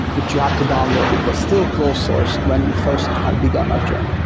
which you have to download. it was still close sourced when we first kind of began our journey,